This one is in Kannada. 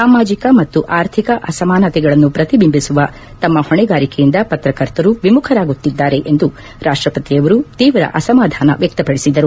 ಸಾಮಾಜಿಕ ಮತ್ತು ಆರ್ಥಿಕ ಅಸಮಾನತೆಗಳನ್ನು ಪ್ರತಿಬಿಂಬಿಸುವ ತಮ್ಮ ಹೊಣೆಗಾರಿಕೆಯಿಂದ ಪತ್ರಕರ್ತರು ವಿಮುಖರಾಗುತ್ತಿದ್ದಾರೆ ಎಂದು ರಾಷ್ಟಪತಿ ಅವರು ತೀವ್ರ ಅಸಮಾಧಾನ ವ್ಯಕ್ಷಪಡಿಸಿದರು